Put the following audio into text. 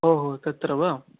ओहो तत्र वा